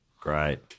great